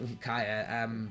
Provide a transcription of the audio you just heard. Kaya